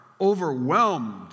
overwhelmed